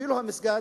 אפילו המסגד